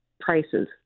prices